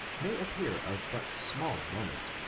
may appear of but small moment,